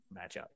matchup